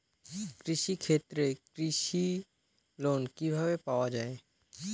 কৃষি ক্ষেত্রে কৃষি লোন কিভাবে পাওয়া য়ায়?